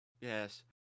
Yes